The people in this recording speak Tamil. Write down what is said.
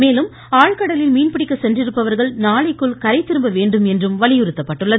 மேலும் ஆழ்கடலில் மீன்பிடிக்க சென்றிருப்பவர்கள் நாளைக்குள் கரை திரும்ப வேண்டுமென்றும் வலியுறுத்தப்பட்டுள்ளது